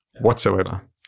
whatsoever